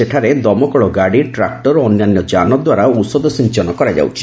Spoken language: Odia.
ସେଠାରେ ଦମକଳ ଗାଡ଼ି ଟ୍ରାକ୍ଟର ଓ ଅନ୍ୟାନ୍ୟ ଯାନ ଦ୍ୱାରା ଔଷଧ ସିଞ୍ଚନ କରାଯାଉଛି